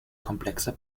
komplexer